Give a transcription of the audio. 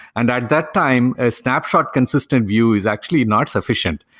and at that time, a snapshot consistent view is actually not sufficient.